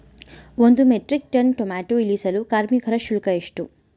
ಒಂದು metric ton tomato ಇಳಿಸಲು ಕಾರ್ಮಿಕರ ಶುಲ್ಕ ಎಷ್ಟು?